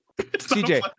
CJ